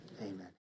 amen